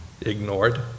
ignored